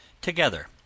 together